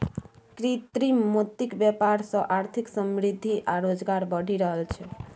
कृत्रिम मोतीक बेपार सँ आर्थिक समृद्धि आ रोजगार बढ़ि रहल छै